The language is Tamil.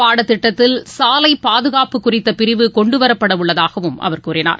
பாடத்திட்டத்தில் சாலை பாதுகாப்பு குறித்த பிரிவு கொண்டுவரப்படவுள்ளதாகவும் அவர் கூறினார்